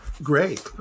Great